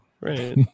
right